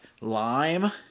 lime